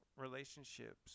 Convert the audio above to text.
relationships